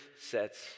sets